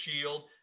shield